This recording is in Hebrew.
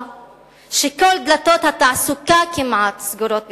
שכל דלתות התעסוקה כמעט סגורות בפניה,